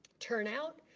turn out.